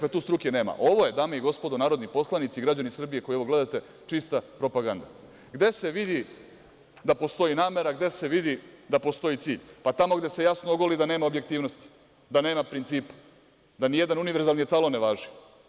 Ovo je, dame i gospodo narodni poslanici i građani Srbije koji ovo gledate, čista propaganda, gde se vidi da postoji namera, gde se vidi da postoji cilj, pa tamo gde se jasno ogoli da nema principa, da ni jedan univerzalni etalon ne važi.